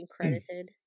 credited